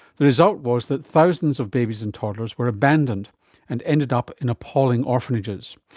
the result was that thousands of babies and toddlers were abandoned and ended up in appalling orphanages.